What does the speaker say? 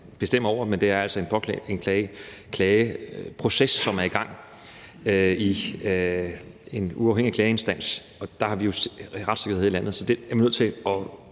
bestemme over, men det er altså en klageproces, som er i gang i en uafhængig klageinstans, og der har vi jo retssikkerhed her i landet. Så der er jeg nødt til at